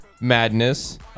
Madness